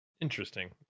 Interesting